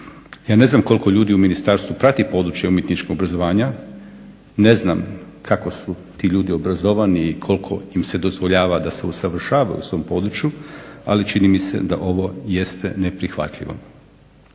Ja ne znam koliko ljudi u ministarstvu prati područje umjetničkog obrazovanja, ne znam kako su ti ljudi obrazovani i koliko im se dozvoljava da se usavršavaju u svom području, ali čini mi se da ovo jeste neprihvatljivo.